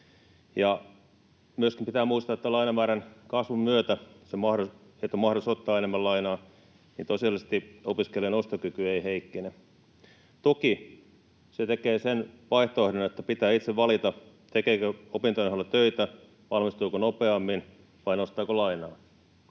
pitää muistaa, että kun lainamäärän kasvun myötä on mahdollisuus ottaa enemmän lainaa, tosiasiallisesti opiskelijan ostokyky ei heikkene. Toki se tekee sen vaihtoehdon, että pitää itse valita, tekeekö opintojen ohella töitä, valmistuuko nopeammin vai nostaako lainaa.